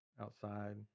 outside